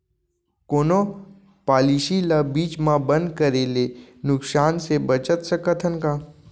कोनो पॉलिसी ला बीच मा बंद करे ले नुकसान से बचत सकत हन का?